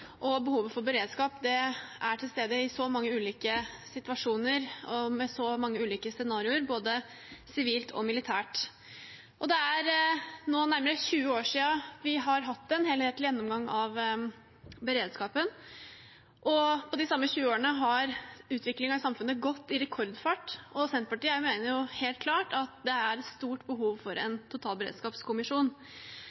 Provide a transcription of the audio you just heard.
til stede i mange ulike situasjoner og med mange ulike scenarioer, både sivilt og militært. Det er nå nærmere 20 år siden vi hadde en helhetlig gjennomgang av beredskapen. På de samme 20 årene har utviklingen i samfunnet gått i rekordfart, og Senterpartiet mener det helt klart er et stort behov for en